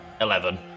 Eleven